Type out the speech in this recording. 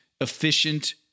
efficient